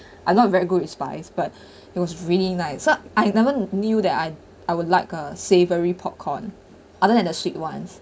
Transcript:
I'm not very good in spice but it was really nice so I never knew that I I would like a savoury popcorn other than the sweet ones